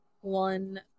one